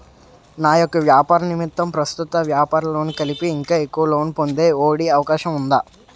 నా యెక్క వ్యాపార నిమిత్తం నా ప్రస్తుత వ్యాపార లోన్ కి కలిపి ఇంకా ఎక్కువ లోన్ పొందే ఒ.డి అవకాశం ఉందా?